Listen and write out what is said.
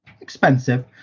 expensive